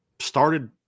started